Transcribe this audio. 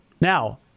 Now